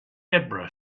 debra